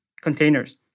containers